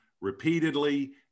repeatedly